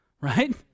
right